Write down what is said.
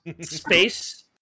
Space